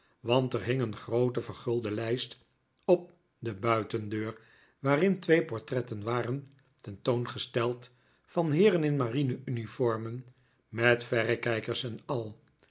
want er hing een groote vergulde lijst op de buitendeur waarin twee portretten waren tentoongesteld van heeren in marine uniformen met verrekijkers en al